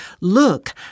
Look